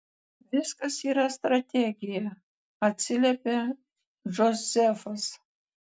viskas yra strategija atsiliepia džozefas